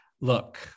look